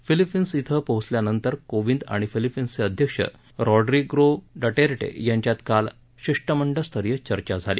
Philippines इथं पोचल्यानंतर कोविंद आणि फिलिपीन्सचे अध्यक्ष रॉड्रिगो डटेटॅ यांच्यात काल शिष्टमंडळ स्तरीय चर्चा झाली